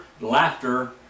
laughter